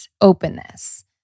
openness